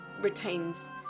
retains